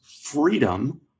freedom